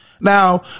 Now